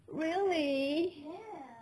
really